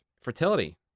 fertility